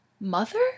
mother